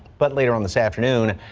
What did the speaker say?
but later on this afternoon.